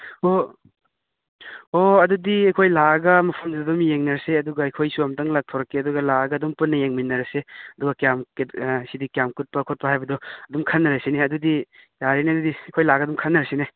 ꯑꯣ ꯑꯣ ꯑꯗꯨꯗꯤ ꯑꯩꯈꯣꯏ ꯂꯥꯛꯑꯒ ꯃꯐꯝꯗꯨꯗ ꯑꯗꯨꯝ ꯌꯦꯡꯅꯔꯁꯦ ꯑꯗꯨꯒ ꯑꯩꯈꯣꯏꯁꯨ ꯑꯝꯇꯪ ꯂꯥꯛꯊꯣꯔꯛꯀꯦ ꯑꯗꯨꯒ ꯂꯥꯛꯑꯒ ꯑꯗꯨꯝ ꯄꯨꯟꯅ ꯌꯦꯡꯃꯤꯟꯅꯔꯁꯤ ꯑꯗꯨꯒ ꯀꯌꯥꯝ ꯁꯤꯗꯤ ꯀꯌꯥꯝ ꯀꯨꯠꯄ ꯈꯣꯠꯄ ꯍꯥꯏꯕꯗꯣ ꯑꯗꯨꯝ ꯈꯟꯅꯔꯁꯤꯅꯦ ꯑꯗꯨꯗꯤ ꯌꯥꯔꯦꯅꯦ ꯑꯗꯨꯗꯤ ꯑꯩꯈꯣꯏ ꯂꯥꯛꯑꯒ ꯑꯗꯨꯝ ꯈꯟꯅꯔꯁꯤꯅꯦ